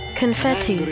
confetti